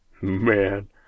man